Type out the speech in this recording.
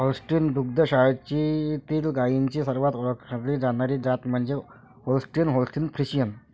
Holstein दुग्ध शाळेतील गायींची सर्वात ओळखली जाणारी जात म्हणजे होल्स्टीन होल्स्टीन फ्रिशियन